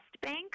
bank